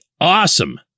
awesome